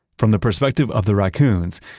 from the perspective of the raccoons,